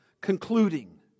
concluding